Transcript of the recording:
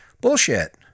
Bullshit